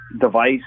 device